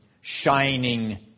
shining